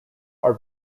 are